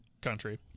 country